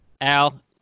al